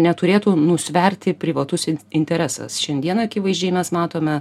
neturėtų nusverti privatus interesas šiandieną akivaizdžiai mes matome